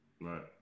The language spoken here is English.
Right